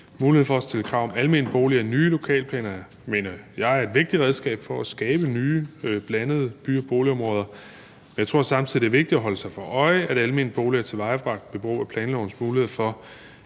Muligheden for at stille krav om almene boliger i nye lokalplaner mener jeg er et vigtigt redskab for at skabe nye blandede by- og boligområder, men jeg tror samtidig, det er vigtigt at holde sig for øje, at almene boliger tilvejebragt ved brug af planlovens muligheder for